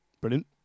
brilliant